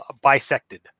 bisected